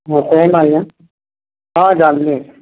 same ଆଜ୍ଞା ହଁ